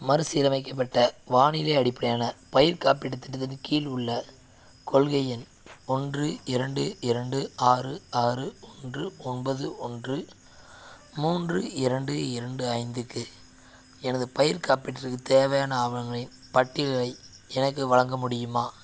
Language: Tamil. மறுசீரமைக்கப்பட்ட வானிலை அடிப்படையான பயிர் காப்பீட்டுத் திட்டத்தின் கீழ் உள்ள கொள்கை எண் ஒன்று இரண்டு இரண்டு ஆறு ஆறு ஒன்று ஒம்பது ஒன்று மூன்று இரண்டு இரண்டு ஐந்துக்கு எனது பயிர்க் காப்பீட்டிற்குத் தேவையான ஆவணங்களின் பட்டியலை எனக்கு வழங்க முடியுமா